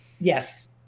Yes